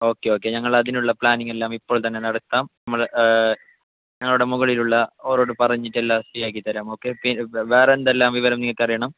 okay okay ഞങ്ങൾ അതിനുള്ള പ്ലാനിങ്ങെല്ലാം ഇപ്പോൾ തന്നെ നടത്താം നമ്മളെ ഞങ്ങളുടെ മുകളിലുള്ള ഓരോടു പറഞ്ഞിട്ട് എല്ലാം ശരിയാക്കിത്തരാം ഓക്കെ പിന്നെ വേറെ എന്തെല്ലാം വിവരം നിങ്ങൾക്ക് അറിയണം